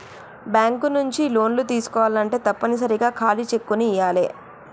bank నుంచి లోన్లు తీసుకోవాలంటే తప్పనిసరిగా ఖాళీ చెక్కుని ఇయ్యాలే